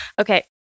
Okay